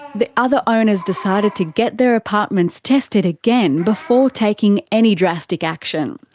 the other owners decided to get their apartments tested again before taking any drastic action.